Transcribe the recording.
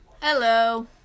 Hello